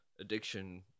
addiction